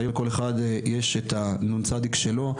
והיום לכל אחד יש את הנ"צ שלו.